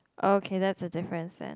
okay that's a difference then